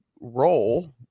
role